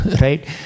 Right